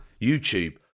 YouTube